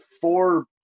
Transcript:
four